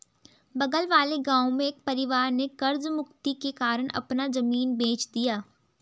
बगल वाले गांव में एक परिवार ने कर्ज मुक्ति के कारण अपना जमीन बेंच दिया